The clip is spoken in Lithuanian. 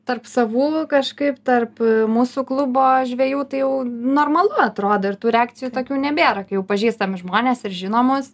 tarp savų kažkaip tarp mūsų klubo žvejų tai jau normalu atrodo ir tų reakcijų tokių nebėra kai jau pažįstami žmonės ir žino mus